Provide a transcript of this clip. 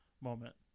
moment